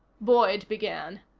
boyd began.